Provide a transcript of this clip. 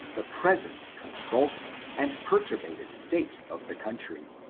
the present convulsed and pertuibated state of the country,